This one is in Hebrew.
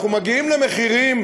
אנחנו מגיעים למחירים,